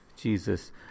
Jesus